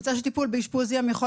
פיקוח נפש עידית,